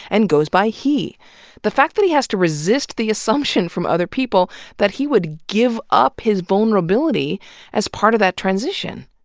and goes by he the fact that he has to resist the assumption from other people that he would give up his vulnerability as part of that transition.